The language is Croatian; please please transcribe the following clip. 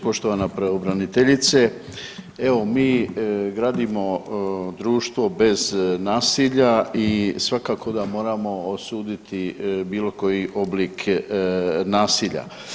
Poštovana pravobraniteljice, evo mi gradimo društvo bez nasilja i svakako da moramo osuditi bilo koji oblik nasilja.